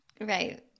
Right